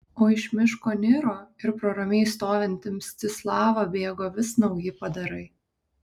o iš miško niro ir pro ramiai stovintį mstislavą bėgo vis nauji padarai